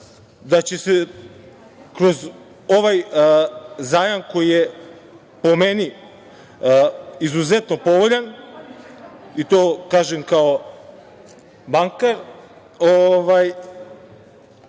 da će se kroz ovaj zajam koji je, po meni, izuzetno povoljan i to kažem kao bankar,